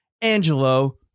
Angelo